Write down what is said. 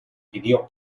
pidió